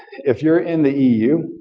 if you're in the eu,